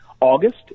August